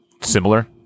similar